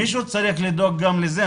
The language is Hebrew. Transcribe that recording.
מישהו צריך לדאוג גם לזה,